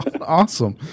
Awesome